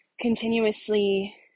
continuously